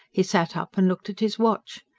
he sat up and looked at his watch.